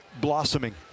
Blossoming